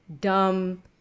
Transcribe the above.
dumb